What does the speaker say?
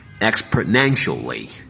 exponentially